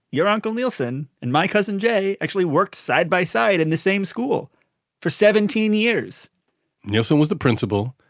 your uncle neilson and my cousin jay actually worked side-by-side in the same school for seventeen years neilson was the principal.